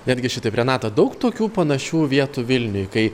netgi šitaip renata daug tokių panašių vietų vilniuj kai